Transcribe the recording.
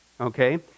Okay